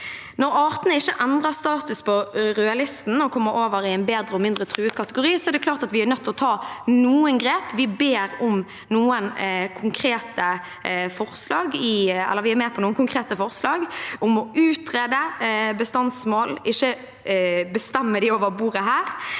Når artene ikke endrer status på rødlisten og kommer over i en bedre, mindre truet kategori, er det klart at vi er nødt til å ta noen grep. Vi er med på noen konkrete forslag om å utrede bestandsmål – ikke bestemme dem over bordet her